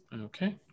Okay